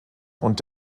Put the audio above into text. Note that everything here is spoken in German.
und